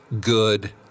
good